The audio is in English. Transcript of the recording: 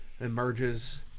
emerges